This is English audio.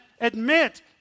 admit